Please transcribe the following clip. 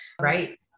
Right